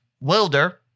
Wilder